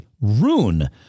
rune